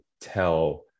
tell